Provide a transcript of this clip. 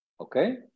okay